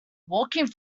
walking